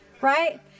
right